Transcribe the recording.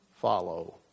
follow